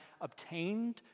obtained